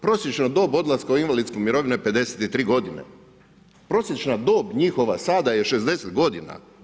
Prosječna dob odlaska u invalidsku mirovinu je 53 godine, prosječan dob njihova sada je 60 godina.